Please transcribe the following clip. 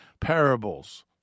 parables